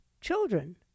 children